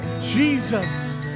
Jesus